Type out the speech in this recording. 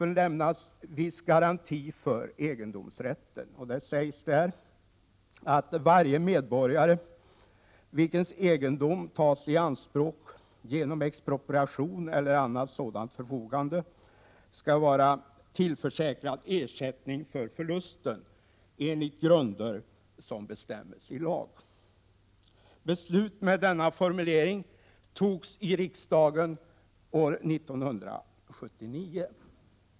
Det sägs att varje medborgare vilkens egendom tas i anspråk genom expropriation eller annat sådant förfogande skall vara tillförsäkrad ersättning för förluster enligt grunder som bestäms i lag. Beslut med denna formulering fattades i riksdagen år 1979.